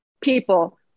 people